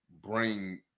bring